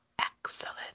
Excellent